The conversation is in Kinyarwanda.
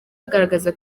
agaragaza